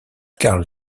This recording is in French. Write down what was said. karl